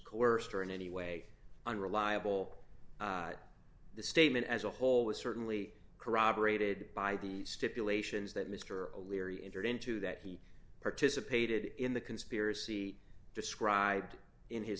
coerced or in any way unreliable the statement as a whole was certainly corroborated by the stipulations that mr o'leary injured in to that he participated in the conspiracy described in his